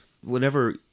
whenever